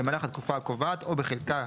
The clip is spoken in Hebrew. במהלך התקופה הקובעת או בחלקה,